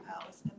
house